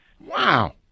Wow